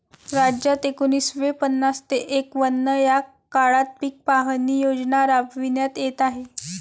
राज्यात एकोणीसशे पन्नास ते एकवन्न या काळात पीक पाहणी योजना राबविण्यात येत आहे